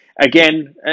again